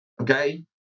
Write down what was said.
okay